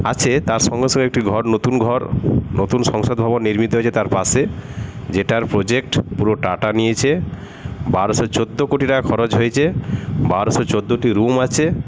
আছে তার সঙ্গে সঙ্গে একটি ঘর নতুন ঘর নতুন সংসদ ভবন নির্মিত হয়েছে তার পাশে যেটার প্রোজেক্ট পুরো টাটা নিয়েছে বারোশো চোদ্দো কোটি টাকা খরচ হয়েছে বারোশো চোদ্দোটি রুম আছে